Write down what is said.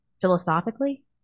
philosophically